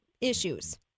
issues